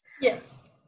Yes